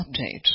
Update